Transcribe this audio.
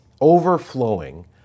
overflowing